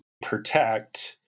protect